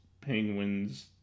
Penguins